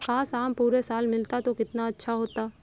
काश, आम पूरे साल मिलता तो कितना अच्छा होता